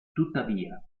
tuttavia